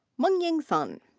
mengying sun.